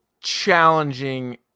challenging